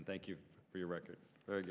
and thank you for your record very